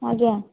ଆଜ୍ଞା